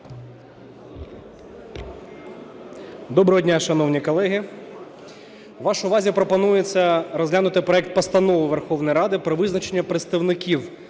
Доброго дня, шановні колеги! Вашій увазі пропонується розглянути проект Постанови Верховної Ради про визначення представників